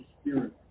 spirit